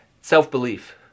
self-belief